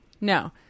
No